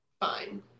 Fine